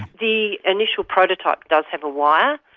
the initial prototype does have a wire,